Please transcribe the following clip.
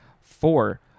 Four